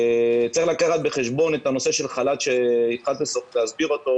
צריך לקחת בחשבון את הנושא שהתחלת להסביר אותו,